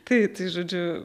tai tai žodžiu